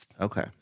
okay